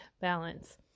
balance